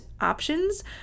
options